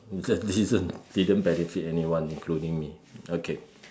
it just didn't didn't benefit anyone including me okay